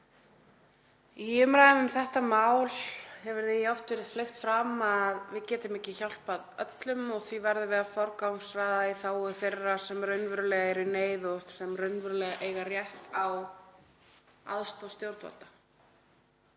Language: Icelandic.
Í umræðum um þetta mál hefur því oft verið fleygt fram að við getum ekki hjálpað öllum og því verðum við að forgangsraða í þágu þeirra sem raunverulega eru í neyð og sem raunverulega eiga rétt á aðstoð stjórnvalda.